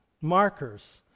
markers